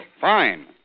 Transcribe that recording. Fine